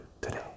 today